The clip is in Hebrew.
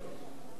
אינו נוכח